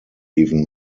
even